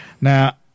Now